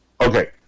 Okay